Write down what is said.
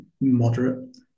moderate